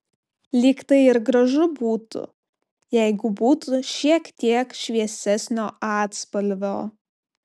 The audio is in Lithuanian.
lyg tai ir gražu būtų jeigu būtų šiek tiek šviesesnio atspalvio